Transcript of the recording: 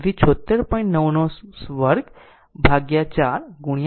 9 2 ભાગ્યા 4 RThevenin જે 4